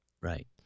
right